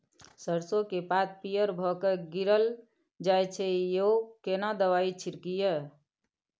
सरसो के पात पीयर भ के गीरल जाय छै यो केना दवाई के छिड़कीयई?